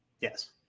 Yes